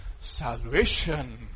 salvation